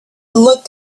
looked